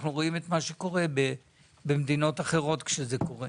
אנחנו רואים מה שקורה במדינות אחרות כשיש רעידת אדמה.